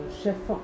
chef